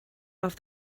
off